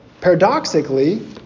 paradoxically